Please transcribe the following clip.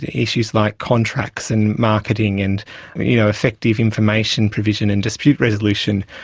issues like contracts and marketing and you know effective information provision and dispute resolution.